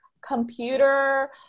computer